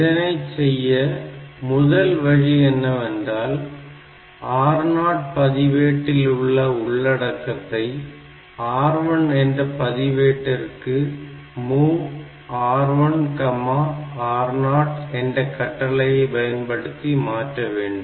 இதனை செய்ய முதல் வழி என்னவென்றால் R0 பதிவேட்டில் உள்ள உள்ளடக்கத்தை R1 என்ற பதிவேட்டிற்கு MOV R1 R0 என்ற கட்டளையை பயன்படுத்தி மாற்ற வேண்டும்